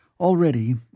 Already